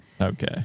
okay